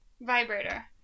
Vibrator